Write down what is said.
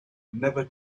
never